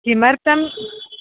किमर्थम्